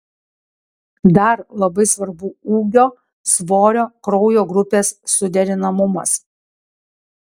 dar labai svarbu ūgio svorio kraujo grupės suderinamumas